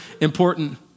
important